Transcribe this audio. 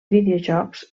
videojocs